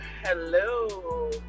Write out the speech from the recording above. hello